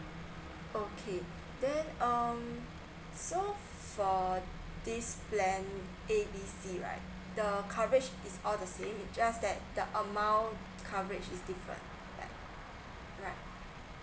okay then um so for this plan A B C right the coverage is all the same just that the amount coverage is different right